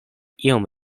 iom